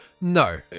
No